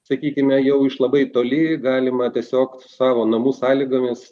sakykime jau iš labai toli galima tiesiog savo namų sąlygomis